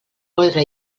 ordre